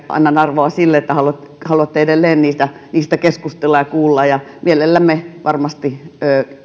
annan arvoa sille että haluatte haluatte edelleen niistä niistä keskustella ja kuulla ja mielellämme varmasti